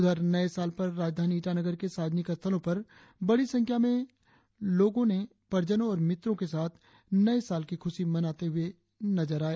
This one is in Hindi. उधर नए साल पर राजधानी ईटानगर के सार्वजनिक स्थलों पर बड़ी संख्या में लोगों परिजनों और मित्रों के साथ नए साल की खुशी मनाते हुए नजर आए